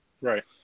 Right